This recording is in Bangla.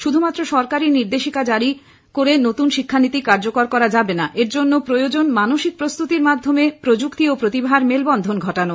শুধুমাত্র সরকারি নির্দেশিকা জারি নতুন শিক্ষানীতি কার্যকর করা যাবেনা এর জন্য প্রয়োজন মানসিক প্রস্তুতির মাধ্যমে প্রযুক্তি ও প্রতিভার মেলবন্ধন ঘটানো